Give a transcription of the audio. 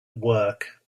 work